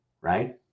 right